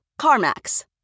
CarMax